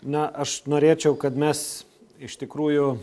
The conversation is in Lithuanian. na aš norėčiau kad mes iš tikrųjų